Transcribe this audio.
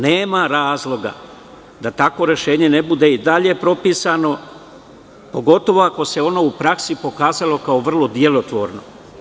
Nema razloga da takvo rešenje ne bude i dalje propisano, pogotovo ako se ono u praksi pokazalo kao vrlo delotvorno.